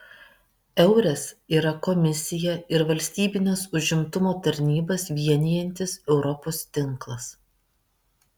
eures yra komisiją ir valstybines užimtumo tarnybas vienijantis europos tinklas